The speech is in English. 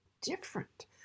different